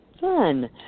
Fun